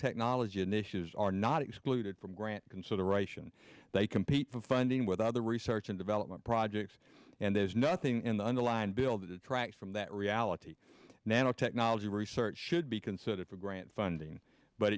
initiatives are not excluded from grant consideration they compete for funding with other research and development projects and there's nothing in the underlying bill to detract from that reality nanotechnology research should be considered for grant funding but